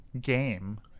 game